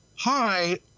Hi